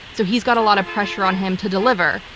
so he's got a lot of pressure on him to deliver.